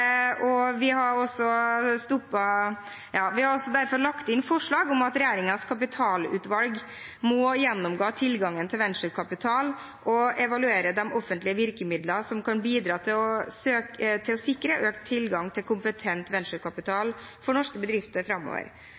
og vi har derfor også lagt inn forslag om at regjeringens kapitalutvalg må gjennomgå tilgangen til venturekapital og evaluere de offentlige virkemidlene som kan bidra til å sikre økt tilgang til kompetent venturekapital for norske bedrifter framover.